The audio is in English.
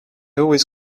always